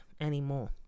anymore